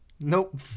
Nope